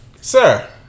Sir